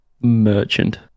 merchant